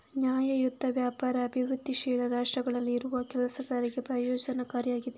ನ್ಯಾಯಯುತ ವ್ಯಾಪಾರ ಅಭಿವೃದ್ಧಿಶೀಲ ರಾಷ್ಟ್ರಗಳಲ್ಲಿ ಇರುವ ಕೆಲಸಗಾರರಿಗೆ ಪ್ರಯೋಜನಕಾರಿ ಆಗಿದೆ